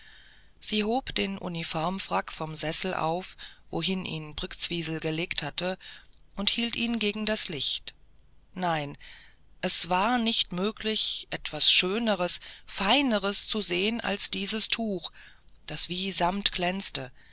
sie hob den uniformsfrack vom sessel auf wohin ihn brktzwisl gelegt hatte und hielt ihn gegen das licht nein es war nicht möglich etwas schöneres feineres zu sehen als dieses tuch das wie samt glänzte